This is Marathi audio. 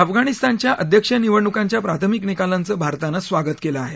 अफगाणिस्तानच्या अध्यक्षीय निवडणुकांच्या प्राथमिक निकालांचं भारतानं स्वागत केलं आहे